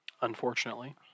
Unfortunately